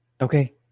Okay